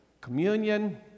Communion